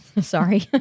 Sorry